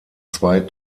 zwei